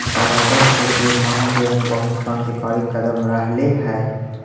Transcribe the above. कागज के उपयोग मानव जीवन में बहुत क्रान्तिकारी कदम रहले हई